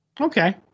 Okay